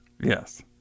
Yes